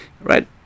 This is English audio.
Right